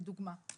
לדוגמה.